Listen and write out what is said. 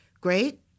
great